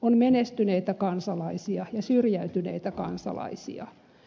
on menestyneitä kansalaisia ja syrjäytyneitä kansalaisia